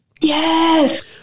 Yes